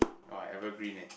orh I evergreen leh